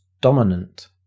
dominant